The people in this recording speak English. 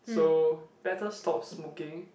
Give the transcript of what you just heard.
so better stop smoking